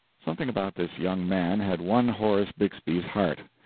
something about this young man had won horace bixby's heart.